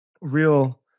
real